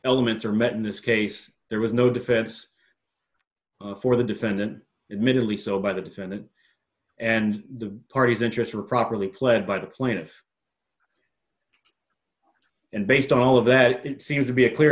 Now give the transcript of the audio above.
elements are met in this case there was no defense for the defendant admittedly so by the defendant and the party's interests were properly pled by the plaintiff and based on all of that it seems to be a clear